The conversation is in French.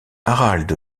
harald